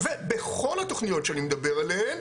ובכל התוכניות שאני מדבר עליהן,